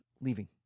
leaving